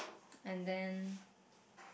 and then